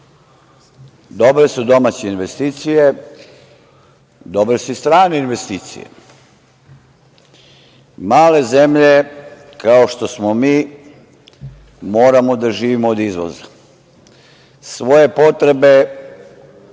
dobre su domaće investicije, dobre su i strane investicije. Male zemlje, kao što smo mi, moramo da živimo od izvoza. Svoje potrebe